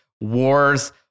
wars